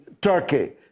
Turkey